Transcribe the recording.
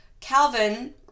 Calvin